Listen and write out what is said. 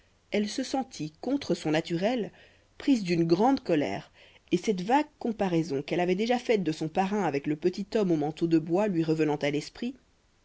elle se sentit contre son naturel prise d'une grande colère et cette vague comparaison qu'elle avait déjà faite de son parrain avec le petit homme au manteau de bois lui revenant à l'esprit